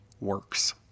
works